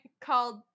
called